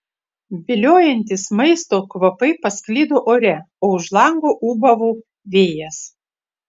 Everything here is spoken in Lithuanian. viliojantys maisto kvapai pasklido ore o už lango ūbavo vėjas